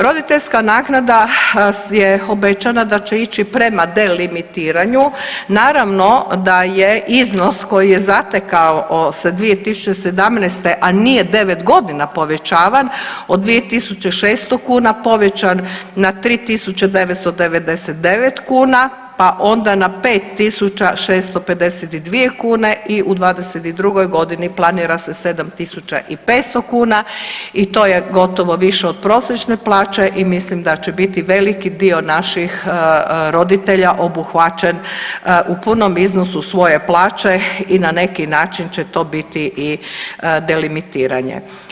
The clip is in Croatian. Roditeljska naknada je obećana da će ići prema delimitiranju, naravno da je iznos koji je zatekao se 2017. a nije 9 godina povećavan, od 2 600 kuna povećan na 3 999 kuna, pa onda na 5 652 kune i u 22. godini planira se 7 500 kuna i to je gotovo više od prosječne plaće i mislim da će biti veliki dio naših roditelja obuhvaćen u punom iznosu svoje plaće i na neki način će to biti i delimitiranje.